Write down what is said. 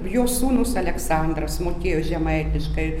jo sūnus aleksandras mokėjo žemaitiškai